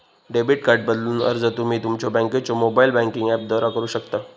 debit card बदलूक अर्ज तुम्ही तुमच्यो बँकेच्यो मोबाइल बँकिंग ऍपद्वारा करू शकता